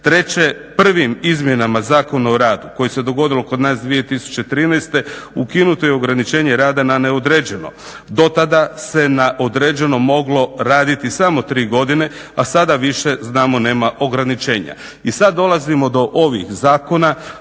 Treće, prvim izmjenama Zakona o radu koje su se dogodile kod nas 2013., ukinuto je ograničenje rada na neodređeno. Do tada se na određeno moglo raditi samo tri godine, a sada više znamo nema ograničenja. I sad dolazimo do ovih zakona,